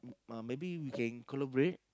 m~ uh maybe we can collaborate